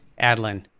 Adlin